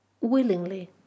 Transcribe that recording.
willingly